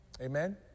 amen